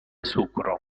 sucro